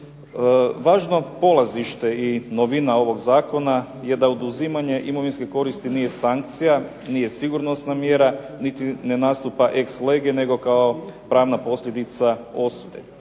Važno polazište i novina ovog zakona je da oduzimanje imovinske koristi nije sankcija, nije sigurnosna mjera, niti ne nastupa ex lege kao pravna posljedica osude.